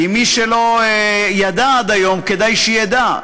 כי מי שלא ידע עד היום כדאי שידע.